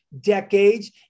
decades